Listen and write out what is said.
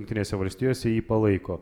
jungtinėse valstijose jį palaiko